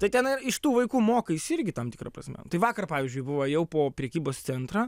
tai tenai iš tų vaikų mokaisi irgi tam tikra prasme tai vakar pavyzdžiui buvo ėjau po prekybos centrą